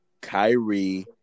Kyrie